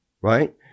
right